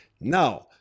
Now